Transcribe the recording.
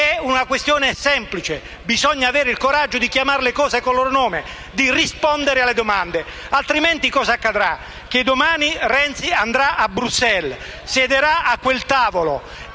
È una questione semplice; bisogna avere il coraggio di chiamare le cose con il loro nome e di rispondere alle domande. Altrimenti cosa accadrà? Domani Renzi andrà a Bruxelles, siederà a quel tavolo,